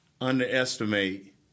underestimate